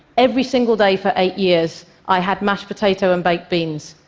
every single day for eight years, i had mashed potato and baked beans,